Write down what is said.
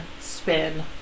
spin